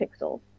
pixels